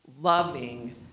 loving